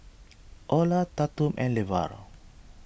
Orla Tatum and Levar